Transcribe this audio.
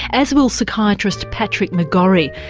as will psychiatrist patrick mcgorry,